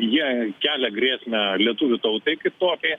jie kelia grėsmę lietuvių tautai kaip tokiai